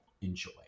enjoy